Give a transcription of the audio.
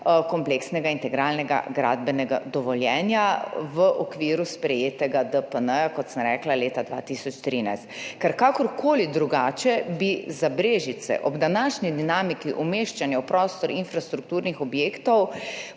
kompleksnega integralnega gradbenega dovoljenja v okviru sprejetega DPN, kot sem rekla, leta 2013. Karkoli drugega bi za Brežice ob današnji dinamiki umeščanja v prostor infrastrukturnih objektov